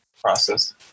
process